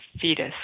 fetus